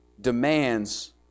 demands